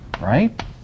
right